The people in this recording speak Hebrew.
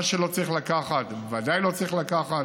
מה שלא צריך לקחת, ודאי שלא צריך לקחת.